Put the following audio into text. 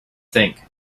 think